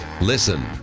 Listen